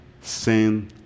sin